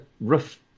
rough